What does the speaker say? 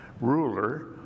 ruler